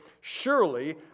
Surely